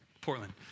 Portland